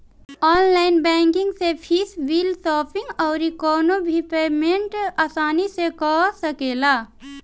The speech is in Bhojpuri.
ऑनलाइन बैंकिंग से फ़ीस, बिल, शॉपिंग अउरी कवनो भी पेमेंट आसानी से कअ सकेला